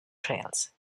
trails